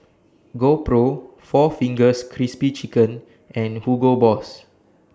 GoPro four Fingers Crispy Chicken and Hugo Boss